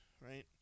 Right